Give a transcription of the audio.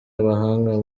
abahanga